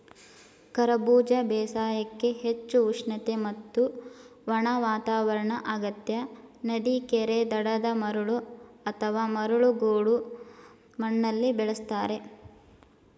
ಕರಬೂಜ ಬೇಸಾಯಕ್ಕೆ ಹೆಚ್ಚು ಉಷ್ಣತೆ ಮತ್ತು ಒಣ ವಾತಾವರಣ ಅಗತ್ಯ ನದಿ ಕೆರೆ ದಡದ ಮರಳು ಅಥವಾ ಮರಳು ಗೋಡು ಮಣ್ಣಲ್ಲಿ ಬೆಳೆಸ್ತಾರೆ